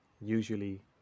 usually